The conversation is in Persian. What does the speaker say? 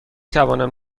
توانم